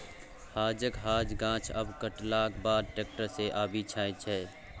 हांजक हांज गाछ आब कटलाक बाद टैक्टर सँ आबि जाइ छै